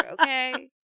okay